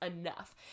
enough